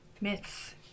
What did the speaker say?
myths